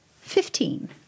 Fifteen